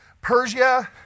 Persia